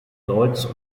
deutz